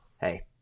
hey